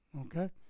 okay